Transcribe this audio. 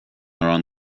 around